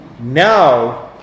Now